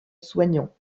soignant